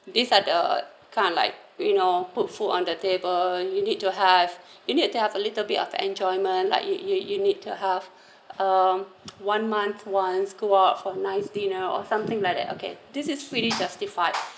these are the kind of like you know put food on the table you need to have you need to have a little bit of enjoyment like you you you need to have a one month once go out for a nice dinner or something like that okay this is pretty justified